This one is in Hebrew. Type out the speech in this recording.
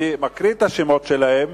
אני מקריא את השמות שלהם,